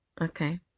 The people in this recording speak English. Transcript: Okay